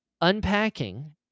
unpacking